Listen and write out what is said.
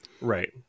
Right